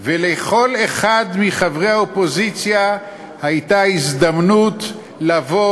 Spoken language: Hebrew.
לכל אחד מחברי האופוזיציה הייתה הזדמנות לבוא